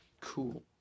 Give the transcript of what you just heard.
Cool